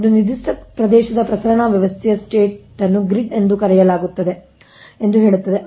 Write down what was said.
ಒಂದು ನಿರ್ದಿಷ್ಟ ಪ್ರದೇಶದ ಪ್ರಸರಣ ವ್ಯವಸ್ಥೆಯ ಸ್ಟೇಟ್ನ್ನು ಗ್ರಿಡ್ ಎಂದು ಕರೆಯಲಾಗುತ್ತದೆ ಎಂದು ಹೇಳುತ್ತದೆ